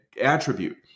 attribute